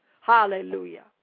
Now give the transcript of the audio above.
Hallelujah